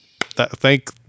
thank